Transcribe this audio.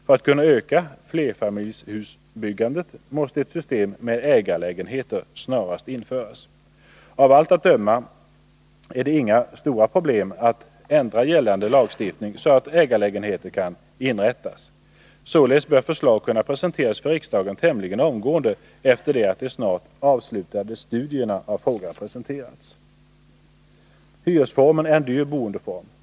För att man skall kunna öka flerfamiljshusbyggandet måste ett system med ägarlägenheter snarast införas. Avallt att döma är det inga stora problem att ändra gällande lagstiftning så att ägarlägenheter kan inrättas. Således bör förslag kunna presenteras för riksdagen tämligen omgående efter det att resultatet av de snart avslutade studierna av frågan presenterats. Hyresformen är en dyr boendeform.